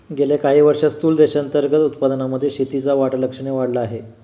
गेल्या काही वर्षांत स्थूल देशांतर्गत उत्पादनामध्ये शेतीचा वाटा लक्षणीय वाढला आहे